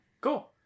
Cool